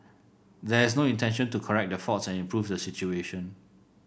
there is no intention to correct the faults and improve the situation